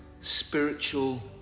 Spiritual